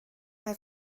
mae